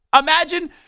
Imagine